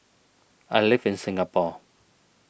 I live in Singapore